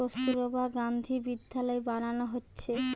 কস্তুরবা গান্ধী বিদ্যালয় বানানা হচ্ছে